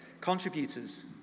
Contributors